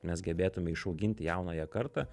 mes gebėtume išauginti jaunąją kartą